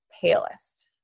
palest